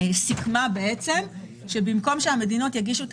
סיכמה שבמקום שהמדינות יגישו את